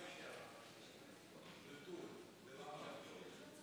תודה, גברתי היושבת-ראש.